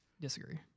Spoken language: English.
Disagree